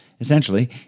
Essentially